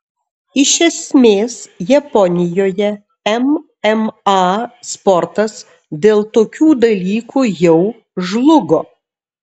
iš esmės japonijoje mma sportas dėl tokių dalykų jau žlugo